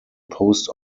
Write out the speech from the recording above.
post